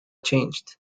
changed